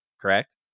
correct